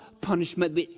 punishment